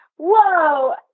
whoa